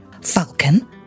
Falcon